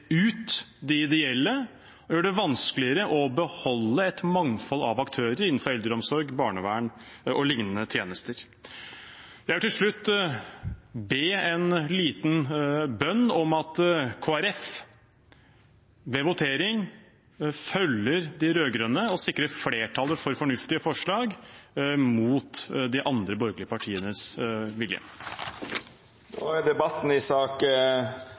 ut de ideelle, og gjør det vanskeligere å beholde et mangfold av aktører innenfor eldreomsorg, barnevern og lignende tjenester. Jeg vil til slutt be en liten bønn om at Kristelig Folkeparti ved votering følger de rød-grønne og sikrer flertall for fornuftige forslag, mot de andre borgerlige partienes vilje. Fleire har ikkje bedt om ordet til sak